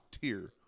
tier